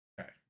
okay